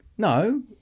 No